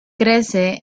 crece